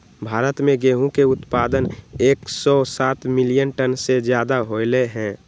भारत में गेहूं के उत्पादन एकसौ सात मिलियन टन से ज्यादा होलय है